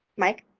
mike.